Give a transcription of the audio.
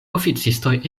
oficistoj